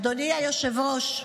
אדוני היושב-ראש,